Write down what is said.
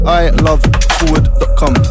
iloveforward.com